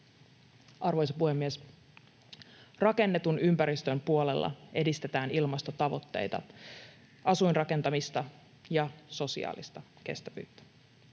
Arvoisa puhemies! Rakennetun ympäristön puolella edistetään ilmastotavoitteita, asuinrakentamista ja sosiaalista kestävyyttä.